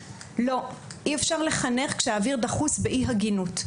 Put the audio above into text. לא, אי אפשר לחנך כאשר האוויר דחוס באי הגינות.